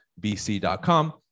bc.com